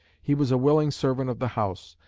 he was a willing servant of the house,